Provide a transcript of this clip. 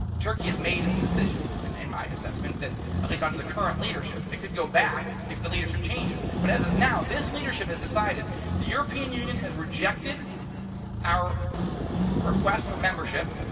turkey has made its decision. and in my assessment that at least under the current leadership, it could go back if the leadership changes. but as of now, this leadership has decided the european union has rejected our request for membership.